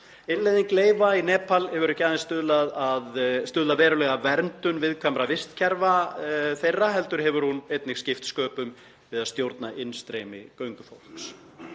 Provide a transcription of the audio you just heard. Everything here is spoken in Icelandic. Innleiðing leyfa í Nepal hefur ekki aðeins stuðlað verulega að verndun viðkvæmra vistkerfa þeirra heldur hefur hún einnig skipt sköpum við að stjórna innstreymi göngufólks.